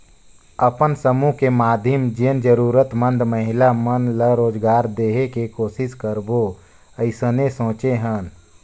अपन समुह के माधियम जेन जरूरतमंद महिला मन ला रोजगार देहे के कोसिस करबो अइसने सोचे हन